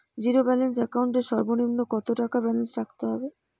Zero balance account এর সর্বনিম্ন কত টাকা ব্যালেন্স রাখতে হবে?